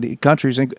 countries